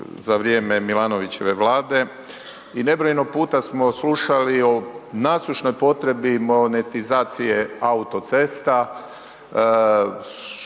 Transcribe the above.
za vrijeme Milanovićeve Vlade i nebrojeno puta smo slušali o nasušnoj potrebi monetizacije autocesta,